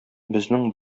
безнең